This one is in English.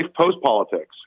post-politics